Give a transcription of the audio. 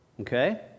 okay